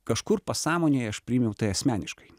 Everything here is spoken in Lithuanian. kažkur pasąmonėj aš priėmiau tai asmeniškai